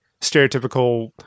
stereotypical